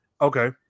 Okay